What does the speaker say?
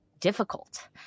difficult